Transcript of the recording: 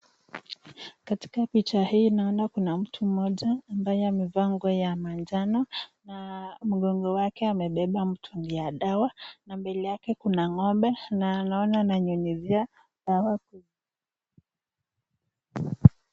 Katika picha hii naona kuna mtu mmoja ambaye amevaa nguo ya manjano na mgongo wake amebeba mtungi ya dawa na mbele yake kuna ngombe na naona ananyunyuzia dawa.